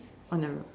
on the